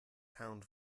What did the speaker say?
pound